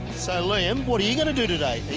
so liam, what are you gonna do today?